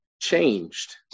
changed